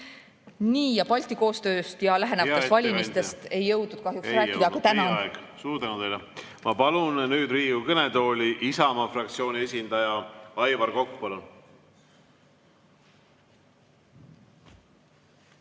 Nii, Balti koostööst ja lähenevatest valimistest ei jõudnud kahjuks rääkida. Tänan!